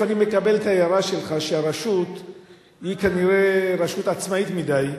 אני מקבל את ההערה שלך שהרשות היא כנראה רשות עצמאית מדי,